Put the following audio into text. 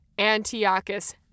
Antiochus